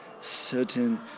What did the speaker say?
certain